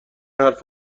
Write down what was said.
حرف